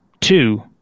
two